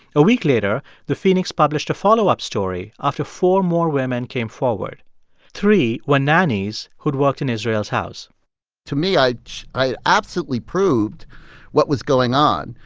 a week later, the phoenix published a follow-up story after four more women came forward three were nannies who'd worked in israel's house to me, i i absolutely proved what was going on,